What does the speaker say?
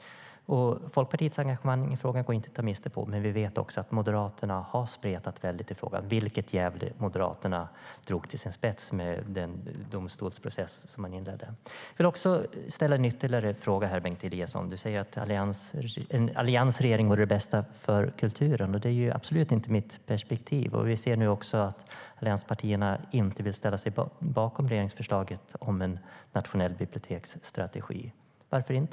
Folkpartiets engagemang i frågan går inte att ta miste på. Vi vet dock att Moderaterna har stretat emot i frågan. Det drogs till sin spets i den domstolsprocess som Gävlemoderaterna inledde. Låt mig ställa en fråga till Bengt Eliasson. Du säger att en alliansregering vore det bästa för kulturen. Det är absolut inte mitt perspektiv. Allianspartierna vill inte ställa sig bakom regeringsförslaget om en nationell biblioteksstrategi. Varför inte?